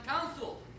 council